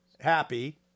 happy